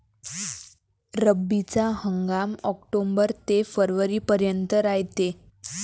रब्बीचा हंगाम आक्टोबर ते फरवरीपर्यंत रायते